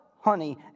honey